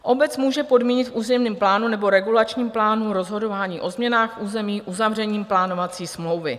Obec může podmínit v územním plánu nebo regulačním plánu rozhodování o změnách území uzavřením plánovací smlouvy.